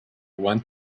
want